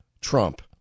Trump